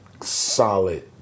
solid